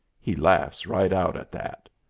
he laughs right out at that.